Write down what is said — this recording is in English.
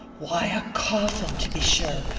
why, a coffin, to be sure,